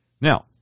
Now